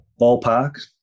ballpark